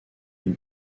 une